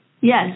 Yes